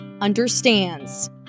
understands